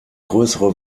größere